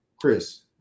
Chris